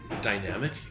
dynamic